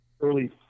early